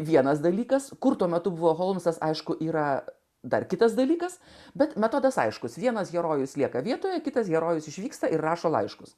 vienas dalykas kur tuo metu buvo holmsas aišku yra dar kitas dalykas bet metodas aiškus vienas herojus lieka vietoje kitas herojus išvyksta ir rašo laiškus